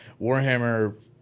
Warhammer